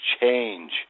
change